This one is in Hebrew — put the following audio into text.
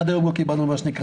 עד היום לא קיבלנו את המסקנות,